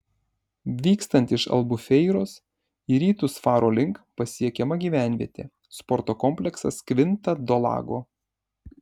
vykstant iš albufeiros į rytus faro link pasiekiama gyvenvietė sporto kompleksas kvinta do lago